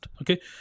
okay